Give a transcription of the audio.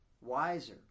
wiser